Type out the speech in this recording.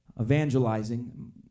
evangelizing